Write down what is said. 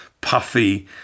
puffy